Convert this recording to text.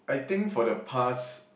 I think for the past